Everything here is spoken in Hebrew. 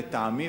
לטעמי,